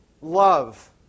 love